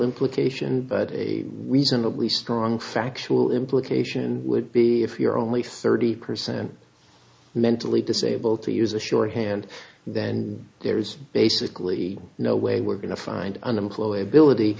implication but a reasonably strong factual implication would be if you're only thirty percent mentally disabled to use a shorthand then there's basically no way we're going to find unemployability